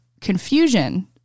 confusion